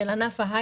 של ענף ההייטק,